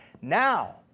Now